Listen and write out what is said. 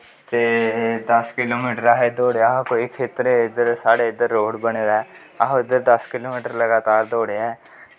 ते दस किलोमीटर दौड़ेआ हा कोई खेत्तर हे साढ़े इद्दर रोड़ बने दा ऐ अस उध्दर दस किलो मीटर लगातार दौड़े ऐं